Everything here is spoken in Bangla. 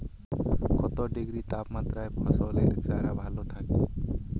কত ডিগ্রি তাপমাত্রায় ফসলের চারা ভালো থাকে?